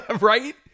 Right